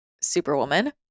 superwoman